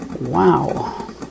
Wow